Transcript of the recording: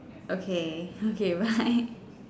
okay okay bye